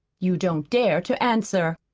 you don't dare to answer!